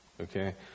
Okay